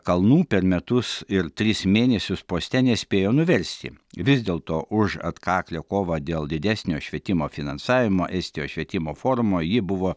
kalnų per metus ir tris mėnesius poste nespėjo nuversi vis dėlto už atkaklią kovą dėl didesnio švietimo finansavimo estijos švietimo forumo ji buvo